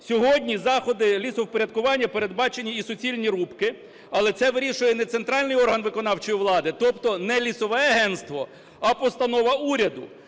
Сьогодні заходи лісовпорядкування передбачені і суцільні рубки, але це вирішує не центральний орган виконавчої влади, тобто не Лісове агентство, а постанова уряду.